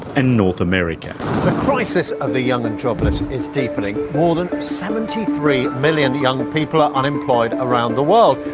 and north america. the crisis of the young and jobless is deepening. more than seventy three million young people are unemployed around the world,